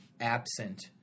absent